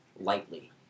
lightly